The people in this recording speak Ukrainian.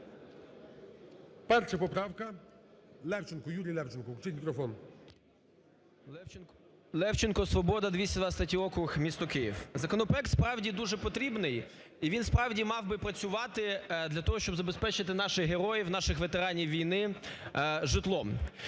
"Свобода", 223 округ, місто Київ. Законопроект, справді, дуже потрібний і він, справді, мав би працювати для того, щоб забезпечити наших героїв, наших ветеранів війни житлом.